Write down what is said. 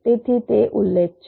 તેથી તે ઉલ્લેખ છે